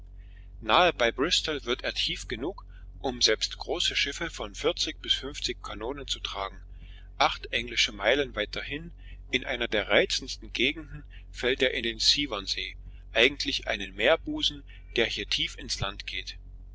nahe bei bristol wird er tief genug um selbst große schiffe von vierzig bis fünfzig kanonen zu tragen acht englische meilen weiter hin in einer der reizendsten gegenden fällt er in den severn see eigentlich einen meerbusen der hier tief ins land geht